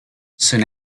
soon